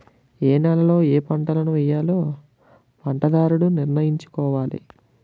ఏయే నేలలలో ఏపంటలను వేయాలో పంటదారుడు నిర్ణయించుకోవాలి